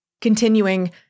Continuing